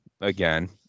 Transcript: again